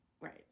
Right